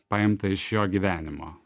paimta iš jo gyvenimo